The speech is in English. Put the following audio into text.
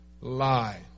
lie